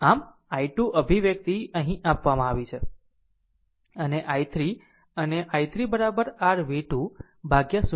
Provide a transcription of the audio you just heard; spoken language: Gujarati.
આમ i 2 અભિવ્યક્તિ અહીં આપવામાં આવી છે અને i3 અને i3 r v2 ભાગ્યા 0